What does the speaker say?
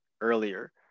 earlier